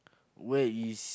where is